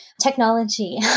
technology